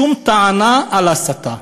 שום טענה על הסתה.